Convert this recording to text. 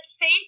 faith